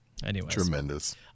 Tremendous